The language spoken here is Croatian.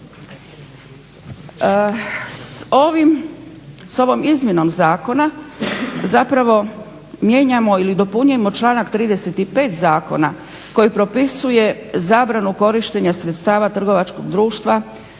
S ovom izmjenom zakona zapravo mijenjamo ili nadopunjujemo članak 35. zakona koji propisuje zabranu korištenja sredstava trgovačkog društva